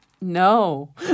No